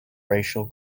racial